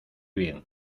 bien